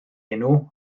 enw